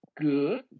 Good